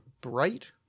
bright